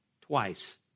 twice